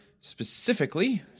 specifically